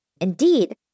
Indeed